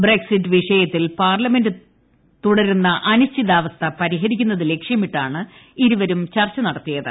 Brexit വിഷയത്തിൽ പാർലമെന്റിൽ തുടരുന്ന അനിശ്ചിതാവസ്ഥ പരിഹരിക്കുന്നത് ലക്ഷ്യമിട്ടാണ് ഇരുവരും ചർച്ച നടത്തിയത്